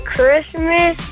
Christmas